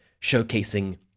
showcasing